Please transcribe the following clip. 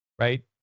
right